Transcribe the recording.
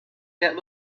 that